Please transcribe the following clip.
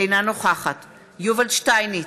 אינה נוכחת יובל שטייניץ,